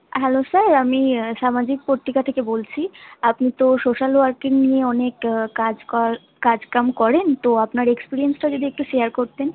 hello sir আমি সামাজিক পত্রিকা থেকে বলছি আপনি তো সোশ্যাল ওয়ার্কিং নিয়ে অনেক কাজ কাজকাম করেন তো আপনার এক্সপেরিয়েন্সটা যদি একটু শেয়ার করতেন